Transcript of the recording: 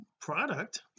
product